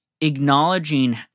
acknowledging